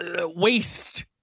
waste